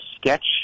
sketch